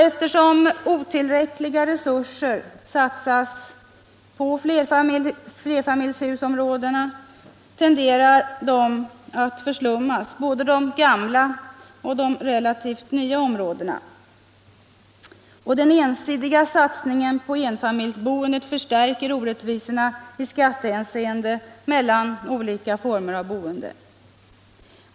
Eftersom otillräckliga resurser satsas på flerfamiljshusområden tenderar dessa att förslummas, både de gamla och de relativt nya områdena. Den ensidiga satsningen på enfamiljsboendet förstärker orättvisorna i skattehänseende mellan olika former av boende.